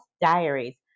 Diaries